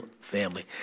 family